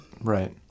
Right